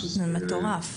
זה מטורף.